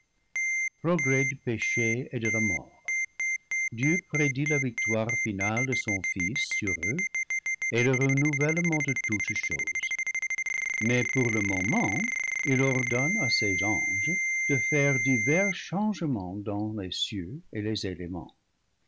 progrès du péché et de la mort dieu prédit la victoire finale de son fils sur eux et le renouvellement de toutes choses mais pour le moment il ordonne à ses anges de faire divers changements dans les cieux et les éléments